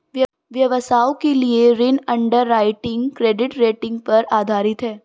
व्यवसायों के लिए ऋण अंडरराइटिंग क्रेडिट रेटिंग पर आधारित है